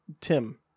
tim